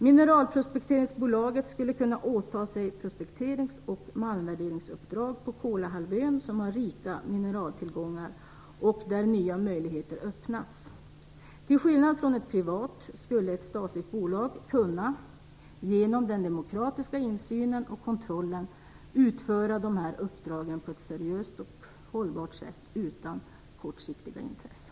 Mineralprospekteringsbolaget skulle kunna åta sig prospekterings och malmvärderingsuppdrag på Kolahalvön, som har rika mineraltillgångar och där nya möjligheter har öppnats. Till skillnad från ett privat skulle ett statligt bolag genom den demokratiska insynen och kontrollen kunna utföra de här uppdragen på ett seriöst och hållbart sätt, utan kortsiktiga intressen.